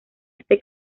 este